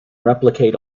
replicate